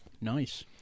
Nice